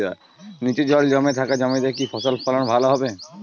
নিচু জল জমে থাকা জমিতে কি ফসল ফলন ভালো হবে?